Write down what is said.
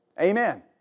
Amen